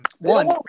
One